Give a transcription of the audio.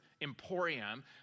emporium